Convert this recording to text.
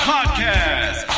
Podcast